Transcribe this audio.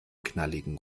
knalligen